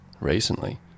recently